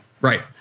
Right